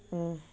mm